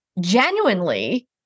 genuinely